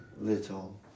little